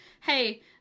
hey